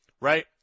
Right